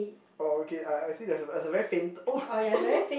orh okay I I see there's a there's a very faint oh oh no